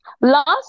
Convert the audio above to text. Last